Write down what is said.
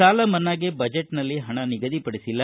ಸಾಲ ಮನ್ನಾಗೆ ಬಜೆಟ್ನಲ್ಲಿ ಹಣ ನಿಗದಿಪಡಿಸಿಲ್ಲ